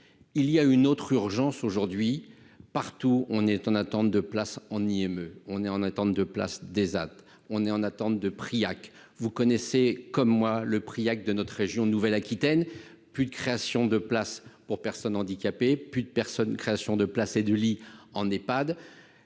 il y a une autre urgence aujourd'hui partout, on est en attente de place en IME, on est en attente de place des dates, on est en attente de prix que vous connaissez comme moi le pris acte de notre région, nouvelle Aquitaine plus de création de places pour personnes handicapées, plus de personnes, création de placer de lits en Ephad